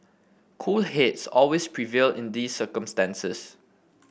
cool heads always prevail in these circumstances